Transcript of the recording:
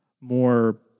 more